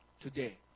today